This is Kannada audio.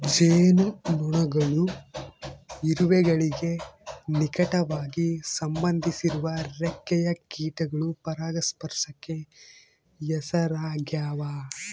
ಜೇನುನೊಣಗಳು ಇರುವೆಗಳಿಗೆ ನಿಕಟವಾಗಿ ಸಂಬಂಧಿಸಿರುವ ರೆಕ್ಕೆಯ ಕೀಟಗಳು ಪರಾಗಸ್ಪರ್ಶಕ್ಕೆ ಹೆಸರಾಗ್ಯಾವ